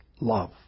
love